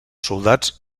soldats